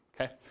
okay